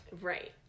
Right